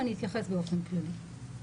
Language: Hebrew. ואני אתייחס באופן כללי.